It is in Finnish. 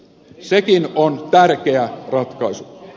sekin on tärkeä ratkaisu